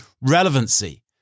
relevancy